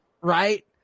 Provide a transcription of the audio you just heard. right